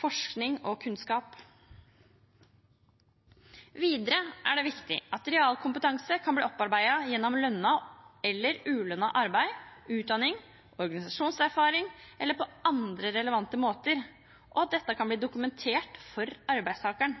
forskning og kunnskap. Videre er det viktig at realkompetanse kan bli opparbeidet gjennom lønnet eller ulønnet arbeid, utdanning, organisasjonserfaring eller på andre relevante måter, og at dette kan bli dokumentert for arbeidstakeren.